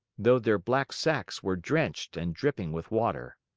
though their black sacks were drenched and dripping with water.